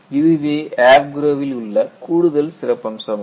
இதுவே AFGROW வில் உள்ள கூடுதல் சிறப்பம்சமாகும்